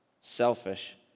selfish